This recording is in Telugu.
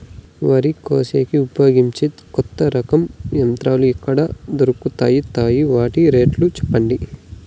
వరి కోసేకి ఉపయోగించే కొత్త రకం యంత్రాలు ఎక్కడ దొరుకుతాయి తాయి? వాటి రేట్లు చెప్పండి?